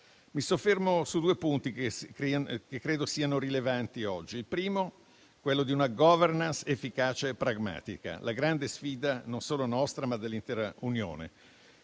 Mi soffermo su due punti che credo siano rilevanti oggi: il primo è quello di una *governance* efficace e pragmatica che è la grande sfida, non solo nostra, ma dell'intera Unione.